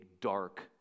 dark